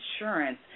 insurance